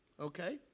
Okay